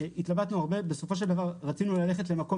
התלבטנו הרבה ובסופו של דבר רצינו ללכת למקום